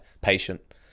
patient